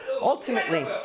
Ultimately